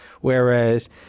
whereas